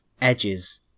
edges